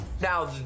Now